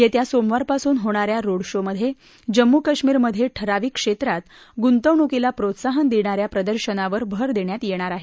येत्या सोमवारपासून होणाऱ्या रोड शो मध्ये जम्मू कश्मीरमधे ठराविक क्षेत्रात गुंतवणुकीला प्रोत्साहन देणाऱ्या प्रदर्शनावर भर देण्यात येणार आहे